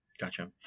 Gotcha